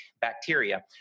bacteria